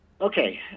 Okay